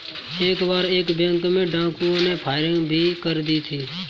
एक बार एक बैंक में डाकुओं ने फायरिंग भी कर दी थी